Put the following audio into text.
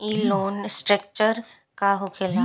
ई loan restructure का होखे ला?